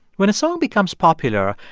when a song becomes popular,